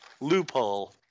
loophole